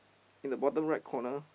in the bottom right corner